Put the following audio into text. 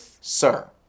sir